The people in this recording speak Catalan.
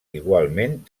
igualment